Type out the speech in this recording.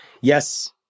yes